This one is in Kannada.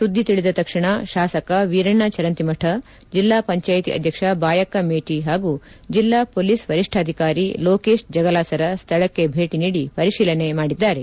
ಸುದ್ದಿ ತಿಳಿದ ತಕ್ಷಣ ಶಾಸಕ ವೀರಣ್ಣ ಚರಂತಿಮಠ ಜಿಲ್ಲಾ ಪಂಚಾಯಿತಿ ಅಧ್ಯಕ್ಷ ಬಾಯಕ್ಕ ಮೇಟ ಹಾಗೂ ಜಿಲ್ಲಾ ಹೊಲೀಸ್ ವರಿಷ್ಠಾಧಿಕಾರಿ ಲೋಕೇಶ್ ಜಗಲಾಸರ ಸ್ಠಳಕ್ಕೆ ಭೇಟ ನೀಡಿ ಪರಿಶೀಲನೆ ಮಾಡಿದ್ದಾರೆ